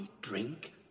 drink